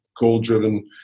goal-driven